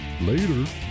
Later